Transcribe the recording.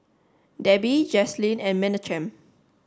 Debby Jaslene and Menachem